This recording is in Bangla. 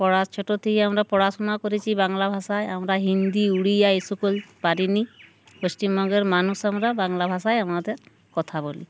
পড়ার ছোটো থেকে আমরা পড়াশুনা করেছি বাংলা ভাষায় আমরা হিন্দি উড়িয়া এই সকল পারিনি পশ্চিমবঙ্গের মানুষ আমরা বাংলা ভাষায় আমাদের কথা বলি